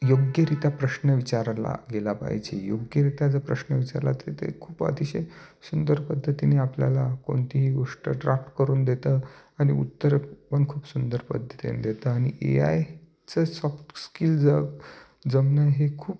योग्यरीता प्रश्न विचारला गेला पाहिजे योग्यरित्या जर प्रश्न विचारला तर ते खूप अतिशय सुंदर पद्धतीने आपल्याला कोणतीही गोष्ट ड्राफ्ट करून देतं आणि उत्तर पण खूप सुंदर पद्धतीने देतं आणि ए आयचं सॉफ्ट स्किल जर जमणं हे खूप